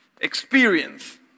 Experience